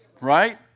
right